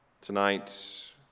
Tonight